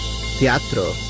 teatro